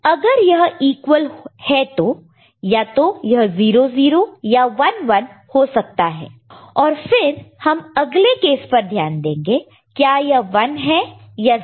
अगर यह इक्वल है तो या तो यह 00 या 11 हो सकता है और फिर हम अगले केस पर ध्यान देंगे क्या यह 1 है या 0